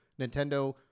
Nintendo